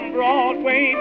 Broadway